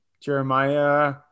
Jeremiah